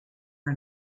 are